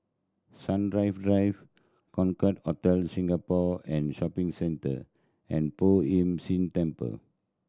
Sun Drive Drive Concorde Hotel Singapore and Shopping Centre and Poh Ern Shih Temple